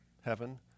Heaven